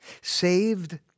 Saved